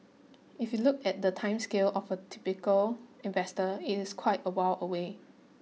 if you look at the time scale of a typical investor it's quite a while away